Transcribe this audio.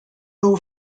who